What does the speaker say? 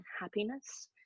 happiness